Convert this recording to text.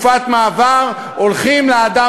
במגזר העסקי לפעמים כשיש תקופת מעבר הולכים לאדם